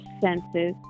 senses